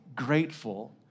grateful